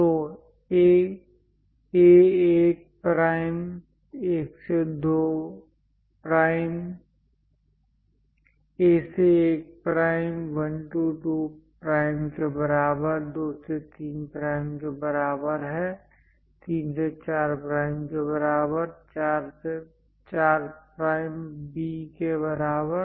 तो A 1 prime 1 2 prime के बराबर 2 3 प्राइम के बराबर है 3 4 प्राइम के बराबर 4 प्राइम B के बराबर